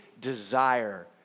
desire